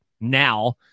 now